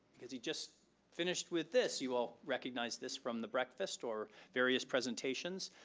because he just finished with this. you all recognize this from the breakfast or various presentations,